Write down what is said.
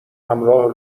همراه